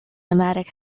nomadic